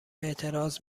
اعتراض